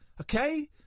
okay